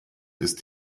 ist